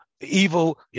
Evil